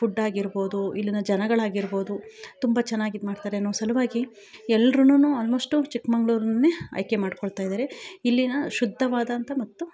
food ಆಗಿರಬೌದು ಇಲ್ಲಿಯ ಜನಗಳಾಗಿರಬೌದು ತುಂಬಾ ಚೆನ್ನಾಗಿ ಇದು ಮಾಡ್ತಾರೇನೋ ಸಲುವಾಗಿ ಎಲ್ರೂನು ಆಲ್ಮೋಸ್ಟ್ ಚಿಕ್ಕಮಗಳೂರನ್ನೇ ಆಯ್ಕೆ ಮಾಡ್ಕೊಳ್ತಾ ಇದ್ದಾರೆ ಇಲ್ಲಿಯ ಶುದ್ಧವಾದಂಥ ಮತ್ತು